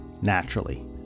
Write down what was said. naturally